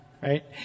right